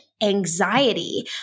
anxiety